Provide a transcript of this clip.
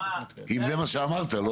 אם זה מה שאמרת.